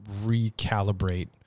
recalibrate